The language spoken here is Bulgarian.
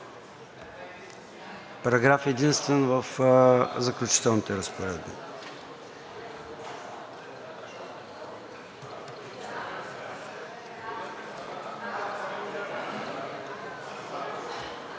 Параграф единствен в „Заключителни разпоредби“.